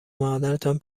مادرتان